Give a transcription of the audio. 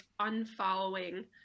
unfollowing